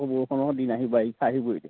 আকৌ বৰষুণৰ দিন আহিব বাৰিষা আহিব এতিয়া